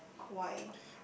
why